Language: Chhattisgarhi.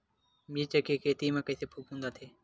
मिर्च के खेती म कइसे फफूंद आथे?